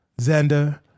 Xander